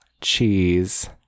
cheese